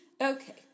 Okay